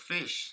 Fish